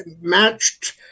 matched